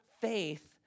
faith